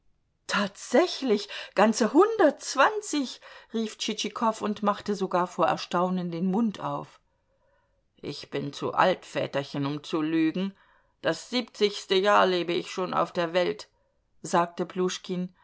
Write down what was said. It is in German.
tatsächlich ganze hundertzwanzig rief tschitschikow und machte sogar vor erstaunen den mund auf ich bin zu alt väterchen um zu lügen das siebzigste jahr lebe ich schon auf der welt sagte pljuschkin